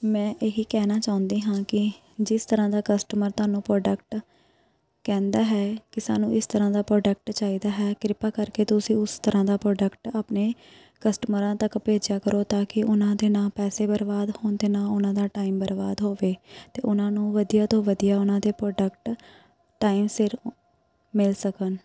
ਮੈਂ ਇਹੀ ਕਹਿਣਾ ਚਾਹੁੰਦੀ ਹਾਂ ਕਿ ਜਿਸ ਤਰ੍ਹਾਂ ਦਾ ਕਸਟਮਰ ਤੁਹਾਨੂੰ ਪ੍ਰੋਡਕਟ ਕਹਿੰਦਾ ਹੈ ਕਿ ਸਾਨੂੰ ਇਸ ਤਰ੍ਹਾਂ ਦਾ ਪ੍ਰੋਡਕਟ ਚਾਹੀਦਾ ਹੈ ਕਿਰਪਾ ਕਰਕੇ ਤੁਸੀਂ ਉਸ ਤਰ੍ਹਾਂ ਦਾ ਪ੍ਰੋਡਕਟ ਆਪਣੇ ਕਸਟਮਰਾਂ ਤੱਕ ਭੇਜਿਆ ਕਰੋ ਤਾਂ ਕਿ ਉਹਨਾਂ ਦੇ ਨਾ ਪੈਸੇ ਬਰਬਾਦ ਹੋਣ ਅਤੇ ਨਾ ਉਹਨਾਂ ਦਾ ਟਾਈਮ ਬਰਬਾਦ ਹੋਵੇ ਅਤੇ ਉਹਨਾਂ ਨੂੰ ਵਧੀਆ ਤੋਂ ਵਧੀਆ ਉਹਨਾਂ ਦੇ ਪ੍ਰੋਡਕਟ ਟਾਈਮ ਸਿਰ ਮਿਲ ਸਕਣ